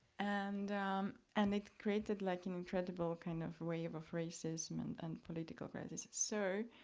and and it created like an incredible kind of wave of racism and and political rallies. so,